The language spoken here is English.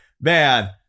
man